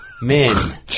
Men